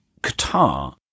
Qatar